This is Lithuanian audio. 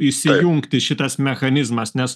įsijungti šitas mechanizmas nes